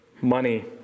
money